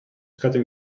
cutting